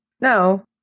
No